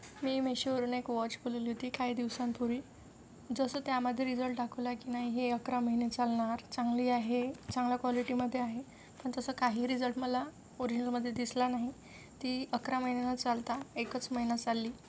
मी मेशोवरून एक वॉच बोलवली होती काही दिवसांपूर्वी जसं त्यामध्ये रिझल्ट दाखवला आहे की नाही हे अकरा महिने चालणार चांगली आहे चांगल्या क्वालिटीमध्ये आहे पण तसं काही रिझल्ट मला ओरिजिनलमध्ये दिसला नाही ती अकरा महिने न चालता एकच महिना चालली